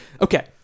Okay